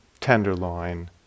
tenderloin